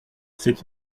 c’est